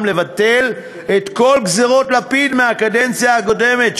לבטל את כל "גזירות לפיד" מהקדנציה הקודמת,